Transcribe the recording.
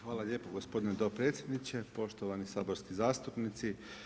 Hvala lijepo gospodine dopredsjedniče, poštovani saborski zastupnici.